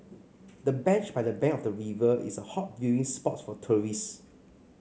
the bench by the bank of the river is a hot viewing spot for tourist